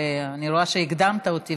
ואני רואה שהקדמת אותי.